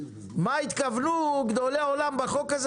מה התכוונו גדולי עולם בחוק הזה?